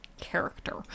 character